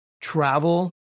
travel